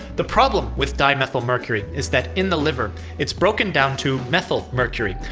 the problem with dimethylmercury is that in the liver, it's broken down to methylmercury,